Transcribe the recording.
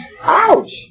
Ouch